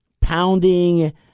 pounding